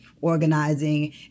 organizing